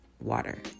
water